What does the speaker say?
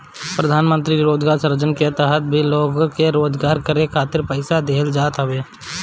प्रधानमंत्री रोजगार सृजन के तहत भी लोग के रोजगार करे खातिर पईसा देहल जात हवे